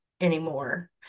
anymore